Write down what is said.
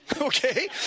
Okay